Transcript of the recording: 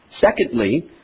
Secondly